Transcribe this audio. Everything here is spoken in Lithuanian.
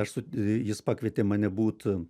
esu jis pakvietė mane būt